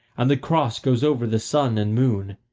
and the cross goes over the sun and moon,